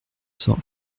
cent